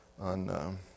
on